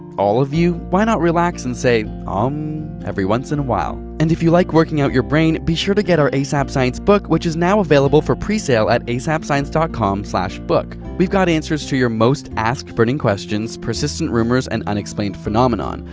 all of you, why not relax and say om every once in a while. and if you like working out your brain, be sure to get our asapscience book which is now available for pre-sale at asapscience com book! we've got answers to your most asked burning questions, persistent rumours, and unexplained phenomenon!